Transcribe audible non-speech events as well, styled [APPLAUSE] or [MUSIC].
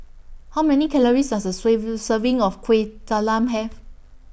How Many Calories Does A [UNINTELLIGIBLE] Serving of Kuih Talam Have